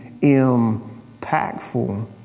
impactful